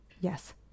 Yes